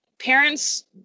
parents